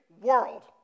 world